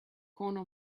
corner